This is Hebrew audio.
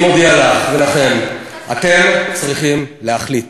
אני מודיע לך ולכם: אתם צריכים להחליט.